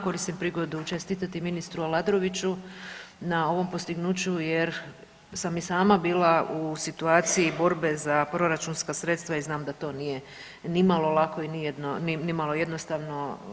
Koristim prigodu čestitati ministru Aladroviću na ovom postignuću jer sam i sama bila u situaciji borbe za proračunska sredstva i znam da to nije nimalo lako i nimalo jednostavno.